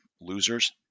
losers